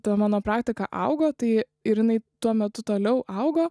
ta mano praktika augo tai ir jinai tuo metu toliau augo